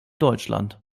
deutschland